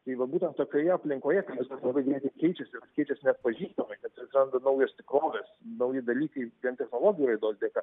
tai va būtent tokioje aplinkoje viskas labai greitai keičiasi keičiasi neatpažįstamai kad atsiranda naujos tikrovės nauji dalykai vien technologijų raidos dėka